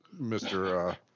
Mr